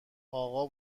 اقا